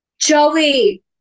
Joey